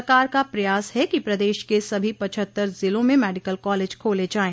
सरकार का प्रयास है कि प्रदेश के सभी पचहत्तर जिलों में मेडिकल कॉलेज खोले जाये